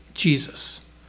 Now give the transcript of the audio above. jesus